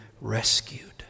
rescued